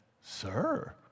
Sir